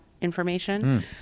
information